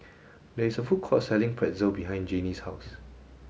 there is a food court selling Pretzel behind Janie's house